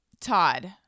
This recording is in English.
Todd